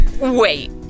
Wait